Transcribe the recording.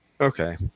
Okay